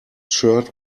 shirt